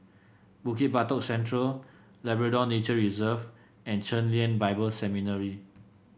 Bukit Batok Central Labrador Nature Reserve and Chen Lien Bible Seminary